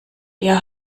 ihr